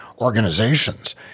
organizations